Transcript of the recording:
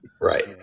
right